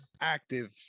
active